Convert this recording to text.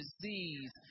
disease